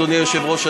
אדוני היושב-ראש,